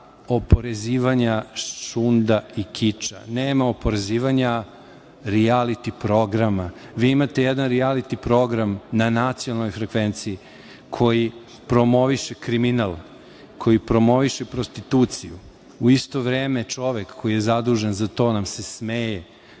oporezivanja šunda i kiča. Nema oporezivanja rijaliti programa. Vi imate jedan rijaliti program na nacionalnoj frekvenciji koji promoviše kriminal, koji promoviše prostituciju. U isto vreme čovek koji je zadužen za to nam se smeje,